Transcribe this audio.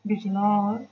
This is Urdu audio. بجنور